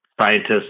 scientists